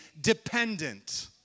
dependent